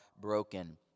broken